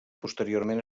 posteriorment